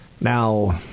Now